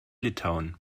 litauen